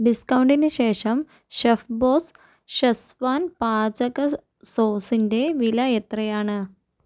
ഡിസ്കൗണ്ടിന് ശേഷം Chefboss schezwan പാചക സോസിൻ്റെ വില എത്രയാണ്